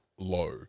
low